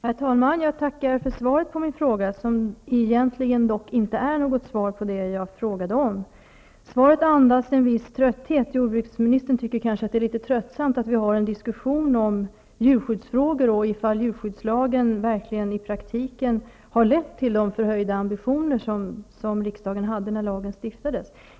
Herr talman! Jag tackar för svaret på min fråga, som egentligen inte är något svar på det jag frågade om. Svaret andas en viss trötthet. Jordbruksministern tycker kanske att det är litet tröttsamt att vi har en diskussion om djurskyddsfrågor och om djurskyddslagen i praktiken har lett till att de höga ambitioner uppfyllts som riksdagen hade när lagen stiftades.